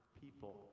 people